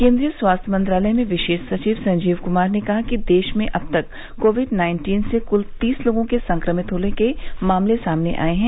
केन्द्रीय स्वास्थ्य मंत्रालय में विशेष सचिव संजीव कमार ने कहा कि देश में अब तक कोविड नाइन्टीन से कल तीस लोगों के संक्रमित होने के मामले सामने आए हैं